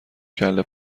کله